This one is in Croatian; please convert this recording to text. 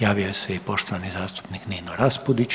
Javio se i poštovani zastupnik Nino Raspudić.